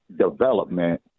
development